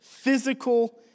Physical